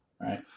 right